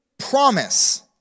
promise